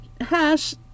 hash